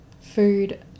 Food